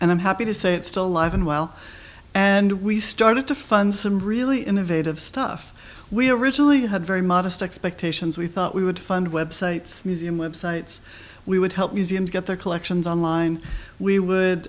and i'm happy to say it's still alive and well and we started to fund some really innovative stuff we originally had very modest expectations we thought we would fund websites museum websites we would help museums get their collections online we would